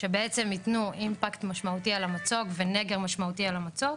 שבעצם יתנו אימפקט משמעותי על המצוק ונגר משמעותי על המצוק.